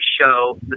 show